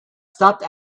stopped